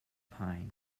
pine